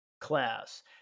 class